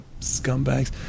scumbags